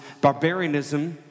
barbarianism